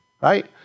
right